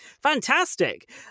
Fantastic